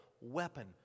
weapon